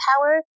power